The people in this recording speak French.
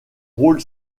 rôle